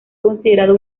considerado